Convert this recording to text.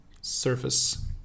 Surface